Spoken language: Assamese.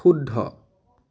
শুদ্ধ